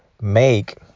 make